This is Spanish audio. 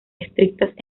estrictas